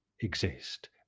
exist